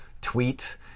tweet